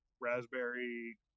raspberry